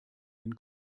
den